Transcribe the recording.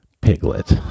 Piglet